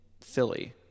Philly